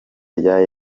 rya